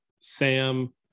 Sam